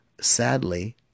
sadly